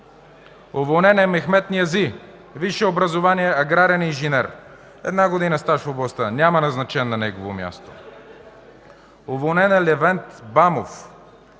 Уволнен е Мехмед Ниязи – висше образование, аграрен инженер – една година стаж в областта. Няма назначен на негово място. Уволнен е Левент Бамов